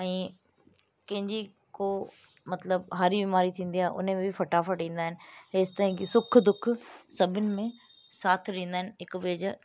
ऐं कंहिंजी को मतिलबु हारी बीमारी थींदी आहे उने में बि फ़टाफ़ट ईंदा आहिनि हेसि ताईं की सुख दुख सभिनि में साथ ॾींदा आहिनि हिक ॿिए जो